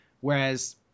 whereas